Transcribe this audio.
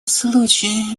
случай